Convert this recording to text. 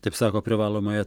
taip sako privalomąją